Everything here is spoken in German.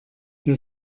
ihr